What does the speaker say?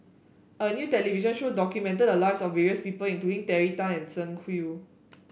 a new television show documented the lives of various people including Terry Tan and Tsung Yeh